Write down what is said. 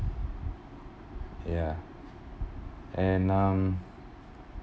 ya and um